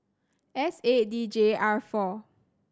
S eight D J R four